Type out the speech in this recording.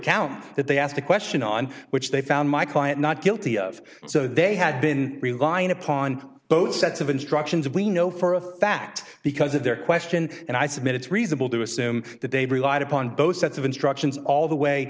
count that they asked a question on which they found my client not guilty of so they had been relying upon both sets of instructions we know for a fact because of their question and i submit it's reasonable to assume that they relied upon both sets of instructions all the way